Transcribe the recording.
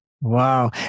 Wow